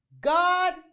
God